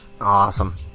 awesome